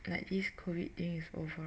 like this COVID thing is over